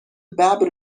ببر